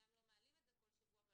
אז גם לא מעלים את זה כל שבוע אבל